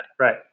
right